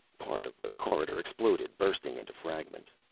part of the corridor exploded, bursting into fragments.